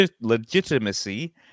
Legitimacy